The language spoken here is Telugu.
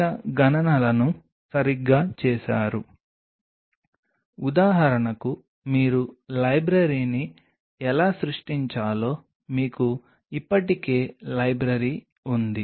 సింథటిక్ మ్యాట్రిక్స్ గురించి మాట్లాడటం చాలా సులభం సింథటిక్ మ్యాట్రిక్స్ గురించి మాట్లాడటం ఎందుకంటే వాటిలో చాలా వరకు నిర్దిష్ట పరస్పర చర్య లేదు